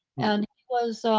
and he was,